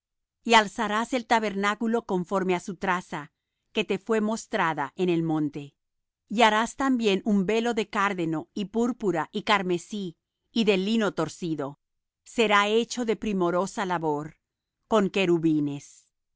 y alzarás el tabernáculo conforme á su traza que te fue mostrada en el monte y harás también un velo de cárdeno y púrpura y carmesí y de lino torcido será hecho de primorosa labor con querubines